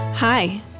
Hi